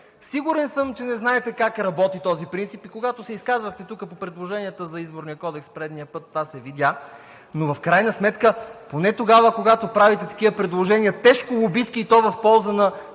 Сигурен съм, че не знаете как работи този принцип и когато се изказвахте тук по предложенията за Изборния кодекс предния път, това се видя, но в крайна сметка поне тогава, когато правите такива предложения – тежко лобистки, и то в полза на